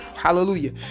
Hallelujah